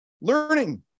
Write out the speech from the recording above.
Learning